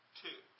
two